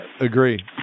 Agree